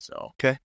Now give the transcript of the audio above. Okay